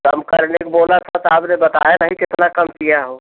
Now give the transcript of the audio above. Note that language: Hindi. कम करने को बोला तो आपने बताया नहीं कितना कम किया हो